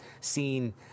seen